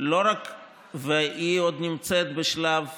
והיא עוד נמצאת בשלב,